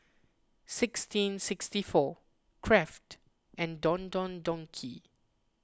sixteen sixty four Kraft and Don Don Donki